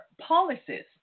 policies